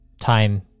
time